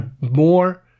more